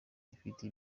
ifite